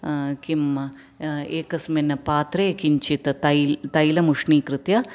किं एकस्मिन् पात्रे किञ्चित् तैलम् उष्णीकृत्य